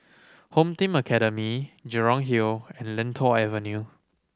Home Team Academy Jurong Hill and Lentor Avenue